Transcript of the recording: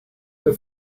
the